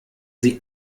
sie